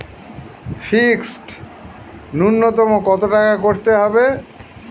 Fixed নুন্যতম কত টাকা করতে হবে?